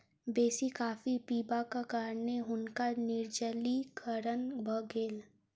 बेसी कॉफ़ी पिबाक कारणें हुनका निर्जलीकरण भ गेल